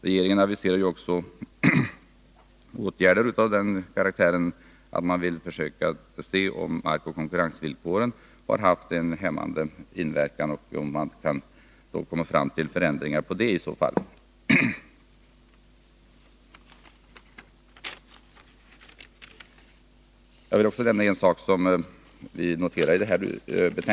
Regeringen aviserar också en undersökning av om konkurrensvillkoren haft en hämmande inverkan — och om så är fallet vill man åstadkomma förändringar. Jag vill också nämna en sak som vi noterar i betänkandet.